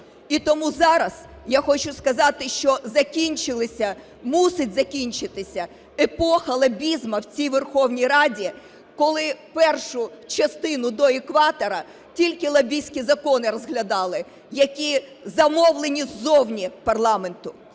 І тому зараз я хочу сказати, що закінчилася… мусить закінчитися епоха лобізму в цій Верховній Раді, коли першу частину до екватору тільки лобістські закони розглядали, які замовлені ззовні парламенту.